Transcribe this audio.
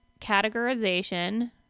Categorization